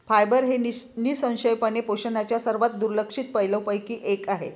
fibre हे निःसंशयपणे पोषणाच्या सर्वात दुर्लक्षित पैलूंपैकी एक आहे